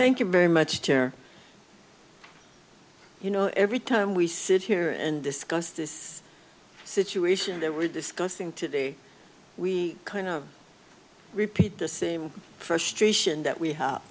thank you very much chair you know every time we sit here and discuss the situation that we're discussing today we kind of repeat the same frustration that we have